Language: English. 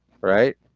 right